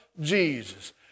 Jesus